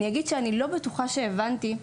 אני לא בטוחה שהבנתי,